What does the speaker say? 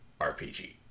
RPG